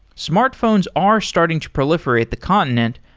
smartphones are starting to proliferate the continent,